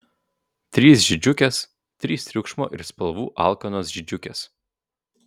trys žydžiukės trys triukšmo ir spalvų alkanos žydžiukės